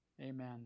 Amen